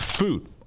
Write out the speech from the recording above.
Food